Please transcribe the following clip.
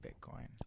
Bitcoin